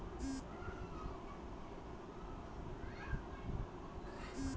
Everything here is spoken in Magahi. हमसार गांउत लोबिया बहुत कम लोग उगा छेक